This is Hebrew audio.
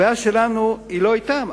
הבעיה שלנו היא לא אתם,